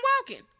walking